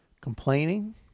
complaining